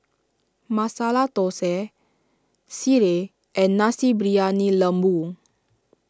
Masala Thosai Sireh and Nasi Briyani Lembu